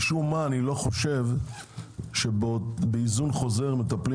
משום מה אני לא חושב שבאיזון חוזר מטפלים